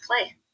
play